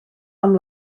amb